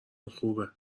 خوبه